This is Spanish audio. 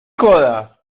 jodas